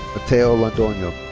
mateo londono.